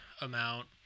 amount